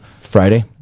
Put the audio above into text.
Friday